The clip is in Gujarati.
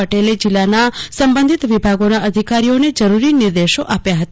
પટેલે જીલ્લાના સંબંધિત વિભાગોના અધિકારીઓને જરૂરી નિર્દેશો આપ્યા હતા